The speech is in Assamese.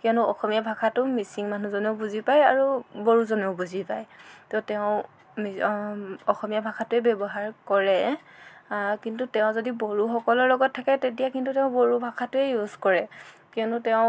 কিয়নো অসমীয়া ভাষাটো মিচিং মানুহজনেও বুজি পায় আৰু বড়োজনেও বুজি পায় তো তেওঁ নিজৰ অসমীয়া ভাষাটোৱেই ব্যৱহাৰ কৰে কিন্তু তেওঁ যদি বড়োসকলৰ লগত থাকে তেতিয়া কিন্তু বড়ো ভাষাটোৱেই ইউজ কৰে কিয়নো তেওঁ